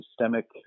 systemic